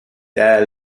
der